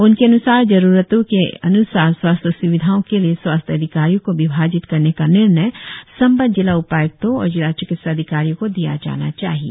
उनके अनुसार जरुरतो के अनुसार स्वास्थ्य स्विधाओ के लिए स्वास्थ्य अधिकारियों को विभाजित करने का निर्णय संबंद्व जिला उपाय्क्तो और जिला चिकित्सा अधिकारियों को दिया जाना चाहिए